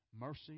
Mercy